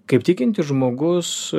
kaip tikintis žmogus